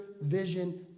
vision